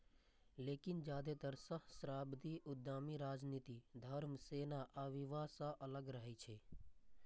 लेकिन जादेतर सहस्राब्दी उद्यमी राजनीति, धर्म, सेना आ विवाह सं अलग रहै छै